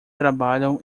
trabalham